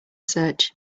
search